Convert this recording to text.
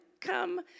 come